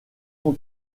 son